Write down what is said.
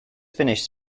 finished